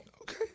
okay